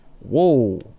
Whoa